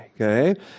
Okay